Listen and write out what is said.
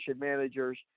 managers